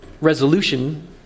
resolution